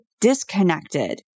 disconnected